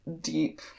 deep